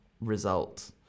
result